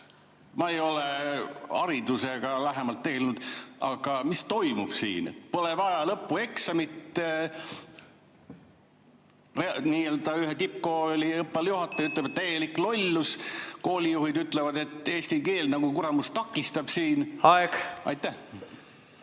Ma ei ole haridusega lähemalt tegelnud, aga mis toimub siin – pole vaja lõpueksamit? Ühe tippkooli õppealajuhataja ütleb, et täielik lollus. Koolijuhid ütlevad, et eesti keel nagu, kuramus, takistab siin. Aeg! Aeg!